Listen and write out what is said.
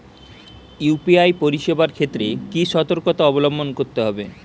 UPI পরিসেবার ক্ষেত্রে কি সতর্কতা অবলম্বন করতে হবে?